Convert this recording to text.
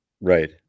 Right